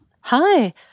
Hi